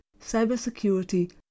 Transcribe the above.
cybersecurity